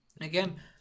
Again